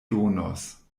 donos